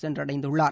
சென்றடைந்துள்ளார்